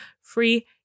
free